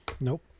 Nope